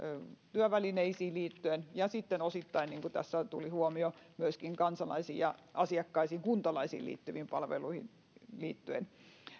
työvälineisiin ja osittain niin kuin tässä tuli huomio myöskin kansalaisiin ja asiakkaisiin kuntalaisiin liittyviin palveluihin